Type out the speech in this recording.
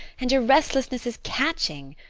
and your restlessness is catching.